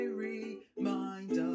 remind